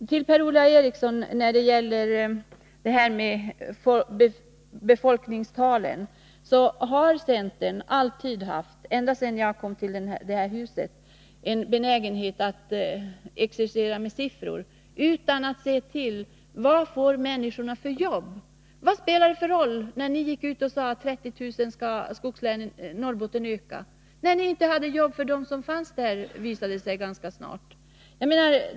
Till Per-Ola Eriksson: När det gäller befolkningstalen vill jag säga att centern alltid, ända sedan jag kom till det här huset, haft en benägenhet att exercera med siffror utan att tänka på vad för slags jobb människorna skall få. Vad spelar det för roll, när centern gick ut och sade att antalet människor i Norrbotten skall öka med 30 000. Ganska snart visade det sig att ni inte hade jobb ens för de människor som fanns där.